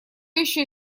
еще